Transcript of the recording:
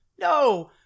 no